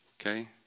Okay